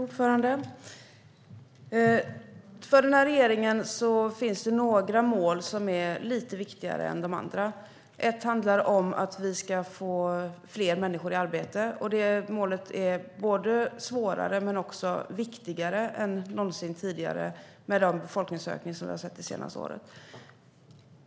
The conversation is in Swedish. Fru talman! För den här regeringen finns det några mål som är lite viktigare än de andra. Ett handlar om att vi ska få fler människor i arbete. Det målet är svårare men också viktigare än någonsin tidigare i och med den befolkningsökning som vi har haft det senaste året.